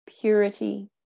purity